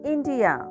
India